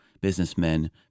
businessmen